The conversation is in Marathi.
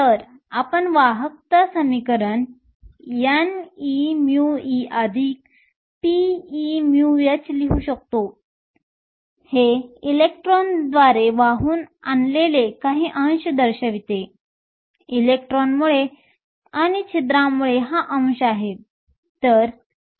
तर आपण वाहकता समीकरण n e μe p e μh लिहू शकतो हे इलेक्ट्रॉनद्वारे वाहून आणलेले काही अंश दर्शवते इलेक्ट्रॉनमुळे छिद्रांमुळे हा अंश आहे